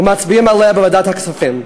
ומצביעים עליה בוועדת הכספים.